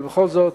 אבל בכל זאת,